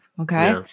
Okay